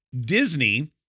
Disney